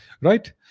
Right